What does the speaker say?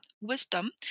wisdom